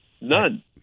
None